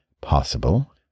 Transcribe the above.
Possible